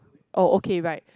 oh okay right